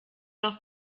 noch